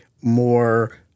more –